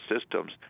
systems